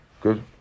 Good